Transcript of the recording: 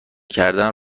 کردن